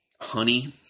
Honey